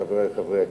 חברי חברי הכנסת,